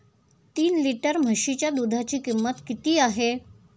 तीन लिटर म्हशीच्या दुधाची किंमत किती आहे?